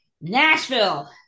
Nashville